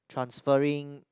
transferring